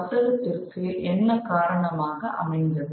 வர்த்தகத்திற்கு என்ன காரணமாக அமைந்தது